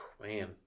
Man